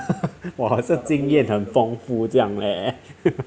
!wah! 还是经验很丰富这样 leh